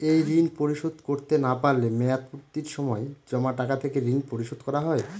এই ঋণ পরিশোধ করতে না পারলে মেয়াদপূর্তির সময় জমা টাকা থেকে ঋণ পরিশোধ করা হয়?